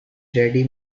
ready